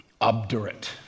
obdurate